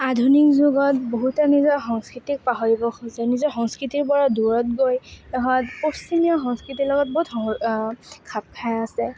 আধুনিক যুগত বহুতে নিজৰ সংস্কৃতিক পাহৰিব খোজে নিজৰ সংস্কৃতিৰ পৰা দূৰত গৈ ইহঁত পশ্চিমীয়া সংস্কৃতিৰ লগত বহুত খাপ খাই আছে